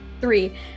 three